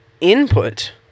input